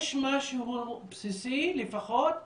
יש משהו בסיסי, לפחות,